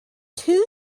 two